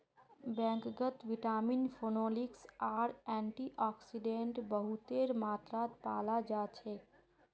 बैंगनत vitamin, phenolics आर antioxidant बहुतेर मात्रात पाल जा छेक